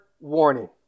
warning